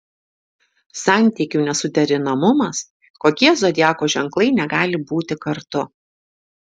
santykių nesuderinamumas kokie zodiako ženklai negali būti kartu